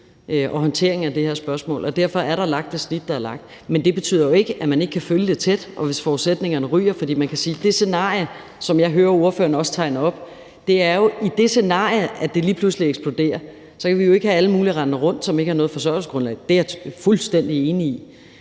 og håndteringen af det her spørgsmål. Derfor er der lagt det snit, der er lagt. Men det betyder jo ikke, at man ikke kan følge det tæt og se, om forudsætningerne ryger. For man kan sige, at det i det scenarie, som jeg hører ordføreren også tegne op, jo er der, det lige pludselig eksploderer. Så kan vi jo ikke have alle mulige rendende rundt, som ikke har noget forsørgelsesgrundlag, det er jeg fuldstændig enig i.